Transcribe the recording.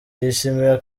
yishimira